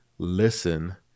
Listen